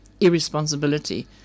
irresponsibility